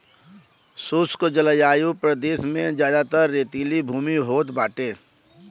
शुष्क जलवायु प्रदेश में जयादातर रेतीली भूमि होत बाटे